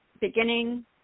beginning